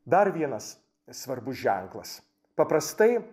dar vienas svarbus ženklas paprastai